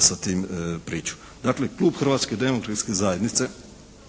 sa tim priču. Dakle, klub Hrvatske demokratske zajednice